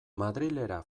madrilera